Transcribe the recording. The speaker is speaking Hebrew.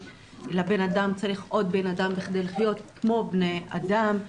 הבן אדם צריך עוד בן אדם כדי לחיות כמו בני אדם.